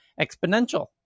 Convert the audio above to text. exponential